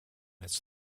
its